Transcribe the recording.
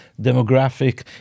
demographic